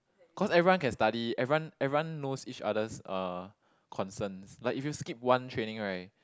cause everyone can study everyone everyone knows each other's uh concerns like if you skip one training right